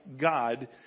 God